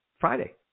Friday